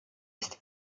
ist